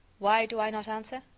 why do i not answer?